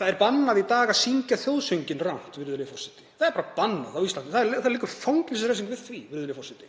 Það er bannað í dag að syngja þjóðsönginn rangt, virðulegi forseti. Það er bara bannað á Íslandi. Það liggur fangelsisrefsing við því.